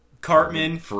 Cartman